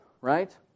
right